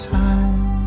time